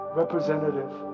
representative